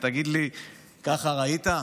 ותגיד לי: ככה ראית?